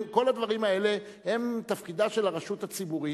כל הדברים האלה הם תפקידה של הרשות הציבורית,